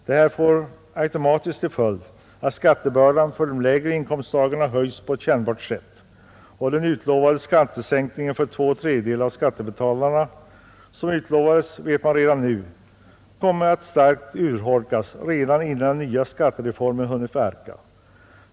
Detta får automatiskt till följd att skattebördan för de lägre inkomsttagarna höjs på ett kännbart sätt. Man vet redan nu att den utlovade skattesänkningen för två tredjedelar av skattebetalarna starkt kommer att urholkas redan innan den nya skattereformen hunnit verka.